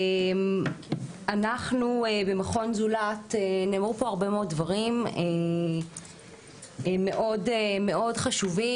נאמרו פה הרבה מאוד דברים מאוד חשובים.